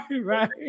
Right